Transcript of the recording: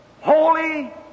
holy